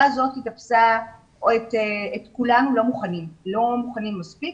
הזאת תפסה את כולנו לא מוכנים מספיק